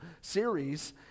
series